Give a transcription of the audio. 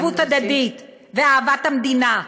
עם ערבות הדדית ואהבת המדינה,